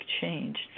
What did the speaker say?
change